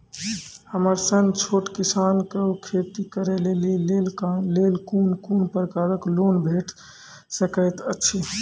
हमर सन छोट किसान कअ खेती करै लेली लेल कून कून प्रकारक लोन भेट सकैत अछि?